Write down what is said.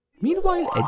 Meanwhile